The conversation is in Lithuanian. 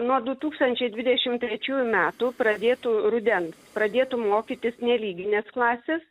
nuo du tūkstančiai dvidešim trečiųjų metų pradėtų ruden pradėtų mokytis nelyginės klasės